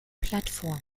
plattform